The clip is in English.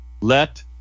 let